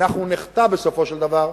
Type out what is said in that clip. אנחנו נחטא בסופו של דבר,